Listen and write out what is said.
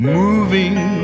moving